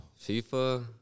FIFA